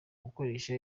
gukoresha